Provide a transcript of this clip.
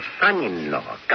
son-in-law